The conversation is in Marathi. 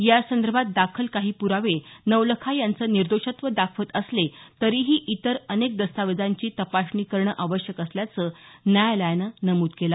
या संदर्भात दाखल काही पुरावे नवलखा यांचं निर्दोषत्व दाखवत असले तरीही इतर अनेक दस्तावेजांची तपासणी करणं आवश्यक असल्याचं न्यायालयानं नमूद केलं